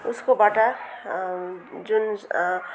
उसकोबाट जुन